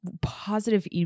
positive